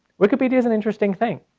wikipedia is an interesting thing.